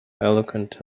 eloquent